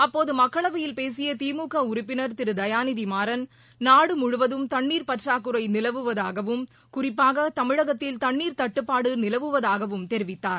அப்போது மக்களவையில் பேசிய திமுக உறுப்பினர் திரு தயாநிதிமாறன் நாடு முழுவதும் தண்ணீர் பற்றாக்குறை நிலவுவதாகவும் குறிப்பாக தமிழகத்தில் தண்ணீர் தட்டுப்பாடு நிலவுவதாகவும் தெரிவித்தார்